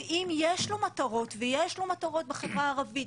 ואם יש לו מטרות ויש לו מטרות בחברה הערבית,